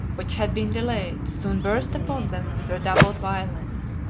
which had been delayed, soon burst upon them with redoubled violence.